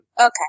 Okay